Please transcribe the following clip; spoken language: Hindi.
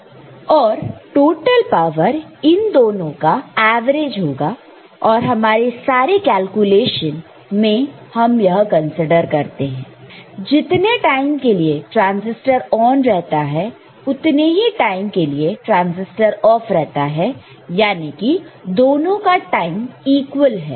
और टोटल पावर इन दोनों का एवरेज होगा और हमारे सारे कैलकुलेशन में हम यह कंसीडर करते हैं जितने टाइम के लिए ट्रांसिस्टर ऑन रहता है उतने ही टाइम के लिए ट्रांजिस्टर ऑफ रहता है यानी कि दोनों का टाइम इक्वल है